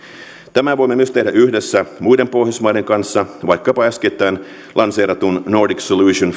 tämän voimme myös tehdä yhdessä muiden pohjoismaiden kanssa vaikkapa äskettäin lanseeratun nordic solution